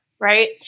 Right